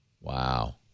Wow